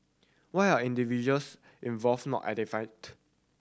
why are individuals involved not identified